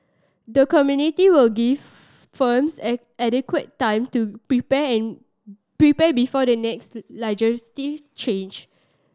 the committee will give firms add adequate time to prepare prepare before the next legislative change